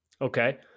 Okay